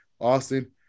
Austin